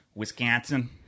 Wisconsin